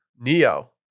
neo